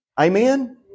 Amen